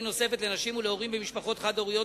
נוספת לנשים ולהורים במשפחות חד-הוריות,